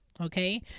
Okay